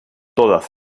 todas